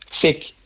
sick